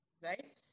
right